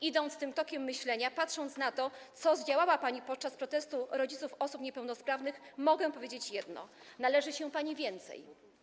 Idąc tym tokiem myślenia, patrząc na to, co zdziałała pani podczas protestu rodziców osób niepełnosprawnych, mogę powiedzieć jedno: Należy się pani więcej.